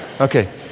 Okay